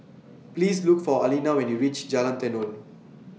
Please Look For Aleena when YOU REACH Jalan Tenon